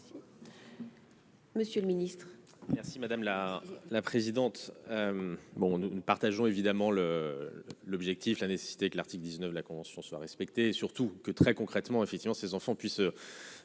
Monsieur le Ministre,